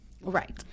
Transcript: Right